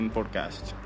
Podcast